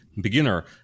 beginner